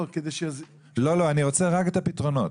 אני רוצה רק את הפתרונות.